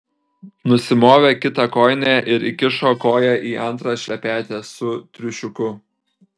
nusimovė kitą kojinę ir įkišo koją į antrą šlepetę su triušiuku